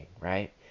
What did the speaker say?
right